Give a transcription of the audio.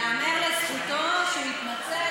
ייאמר לזכותו שהוא התנצל.